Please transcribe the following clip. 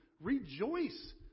Rejoice